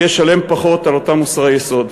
ישלם פחות על אותם מוצרי יסוד.